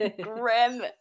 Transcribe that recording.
grim